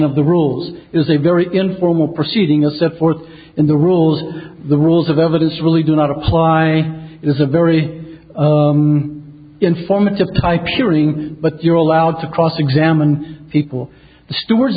of the rules is a very informal proceeding a set forth in the rules the rules of evidence really do not apply it is a very informative type hearing but you're allowed to cross examine people the stewards